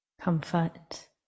comfort